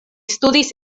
studis